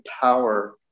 power